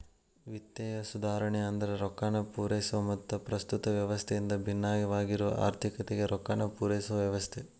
ವಿತ್ತೇಯ ಸುಧಾರಣೆ ಅಂದ್ರ ರೊಕ್ಕಾನ ಪೂರೈಸೊ ಮತ್ತ ಪ್ರಸ್ತುತ ವ್ಯವಸ್ಥೆಯಿಂದ ಭಿನ್ನವಾಗಿರೊ ಆರ್ಥಿಕತೆಗೆ ರೊಕ್ಕಾನ ಪೂರೈಸೊ ವ್ಯವಸ್ಥೆ